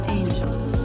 angels